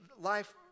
life